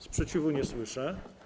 Sprzeciwu nie słyszę.